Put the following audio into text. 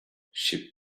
she